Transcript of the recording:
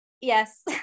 Yes